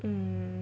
mm